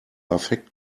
affekt